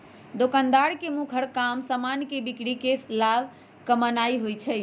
दोकानदार के मुखर काम समान के बिक्री कऽ के लाभ कमानाइ होइ छइ